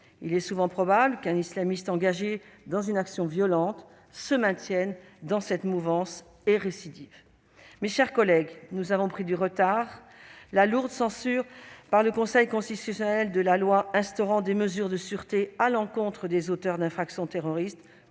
il est souvent probable qu'un islamiste engagé dans une action violente se maintienne dans cette mouvance et récidive. Mes chers collègues, nous avons pris du retard. La lourde censure par le Conseil constitutionnel de la loi instaurant des mesures de sûreté à l'encontre des auteurs d'infractions terroristes